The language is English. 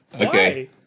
Okay